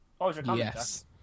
Yes